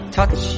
Touch